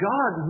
God